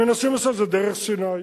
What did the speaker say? הם מנסים לעשות את זה דרך סיני.